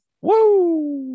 woo